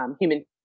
human